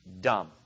dumb